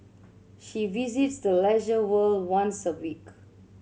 she visits the Leisure World once a week